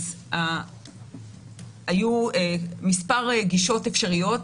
היו כמה גישות אפשריות.